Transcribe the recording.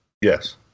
yes